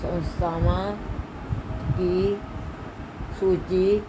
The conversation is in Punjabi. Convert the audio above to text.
ਸੰਸਥਾਵਾਂ ਦੀ ਸੂਚੀ